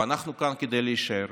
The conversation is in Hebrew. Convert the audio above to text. ואנחנו כאן כדי להישאר,